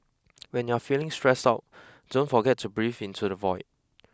when you are feeling stressed out don't forget to breathe into the void